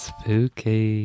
Spooky